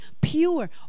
pure